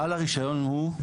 בעל הרישיון הוא?